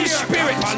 spirit